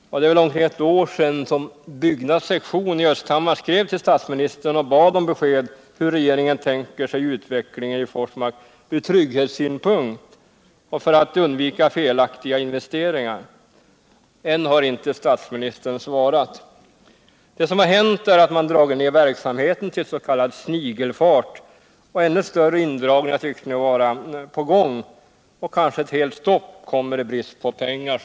Det är väl nu omkring ett är sedan Byggnads sektion i Östhammar skrev till statsministern och bad om besked om hur regeringen tänker sig utvecklingen vid Forsmark från trygghetssynpunkti och för att undvika felaktiga investeringar. Ännu har inte statsministern svarat. Det som har hänt är att man har dragit ned verksamheten till s.k. snigelfart. Ännu större indragningar tycks nu vara på gång, och kanske ett helt stopp kommer i brist på pengar.